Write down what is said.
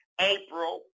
April